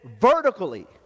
vertically